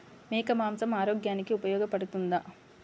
మేక మాంసం ఆరోగ్యానికి ఉపయోగపడుతుందా?